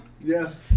Yes